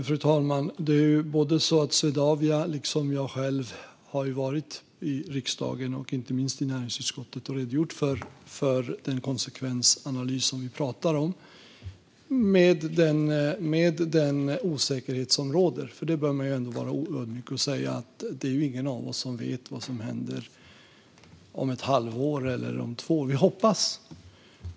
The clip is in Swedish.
Fru talman! Swedavia liksom jag själv har varit i riksdagen, inte minst i näringsutskottet, och redogjort för den konsekvensanalys som vi talar om. Med den osäkerhet som råder är det inte någon av oss som vet vad som händer om ett halvår eller om två år.